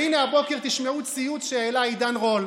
והינה הבוקר תשמעו ציוץ שהעלה עידן רול,